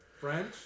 French